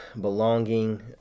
belonging